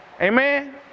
Amen